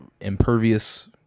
impervious